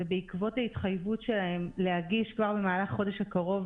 ובעקבות ההתחייבות שלהם להגיש כבר במהלך החודש הקרוב